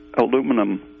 aluminum